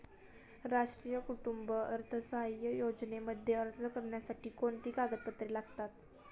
राष्ट्रीय कुटुंब अर्थसहाय्य योजनेमध्ये अर्ज करण्यासाठी कोणती कागदपत्रे लागतात?